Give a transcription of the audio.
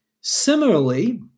Similarly